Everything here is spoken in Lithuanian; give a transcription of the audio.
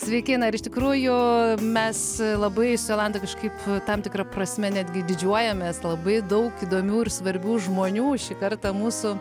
sveiki na ir iš tikrųjų mes labai su jolanta kažkaip tam tikra prasme netgi didžiuojamės labai daug įdomių ir svarbių žmonių šį kartą mūsų